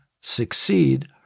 succeed